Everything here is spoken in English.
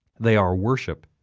they are worship,